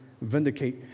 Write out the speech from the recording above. vindicate